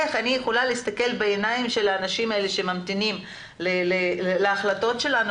איך אני יכולה להסתכל בעיניים של האנשים האלה שממתינים להחלטות שלנו?